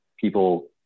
people